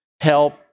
help